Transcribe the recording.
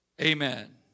Amen